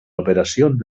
operacions